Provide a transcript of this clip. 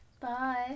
Bye